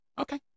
Okay